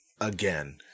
again